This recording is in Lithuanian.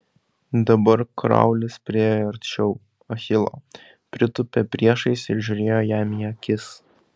dabar kraulis priėjo arčiau achilo pritūpė priešais ir žiūrėjo jam į akis